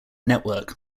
network